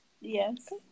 yes